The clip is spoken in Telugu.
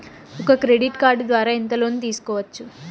ఒక క్రెడిట్ కార్డు ద్వారా ఎంత లోను తీసుకోవచ్చు?